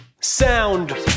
Sound